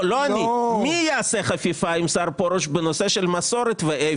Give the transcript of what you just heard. לא אני אלא מי יעשה חפיפה עם השר פרוס בנושא של מסורת ואיפה.